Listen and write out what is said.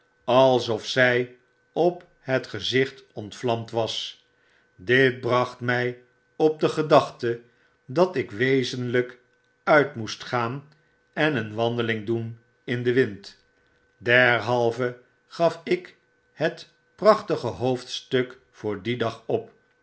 alsof zy op het gezicht ontvlamd was dit bracht my op de gedachte dat ik wezenlyk uit moest gaan en een wandeling doen in den wind derhalve gaf ik het prachtige hoofdstuk voor dien dag op